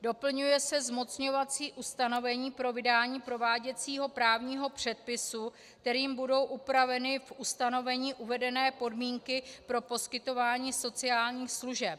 Doplňuje se zmocňovací ustanovení pro vydání prováděcího právního předpisu, kterým budou upraveny v ustanovení uvedené podmínky pro poskytování sociálních služeb.